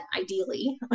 ideally